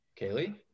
Kaylee